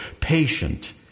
patient